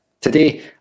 Today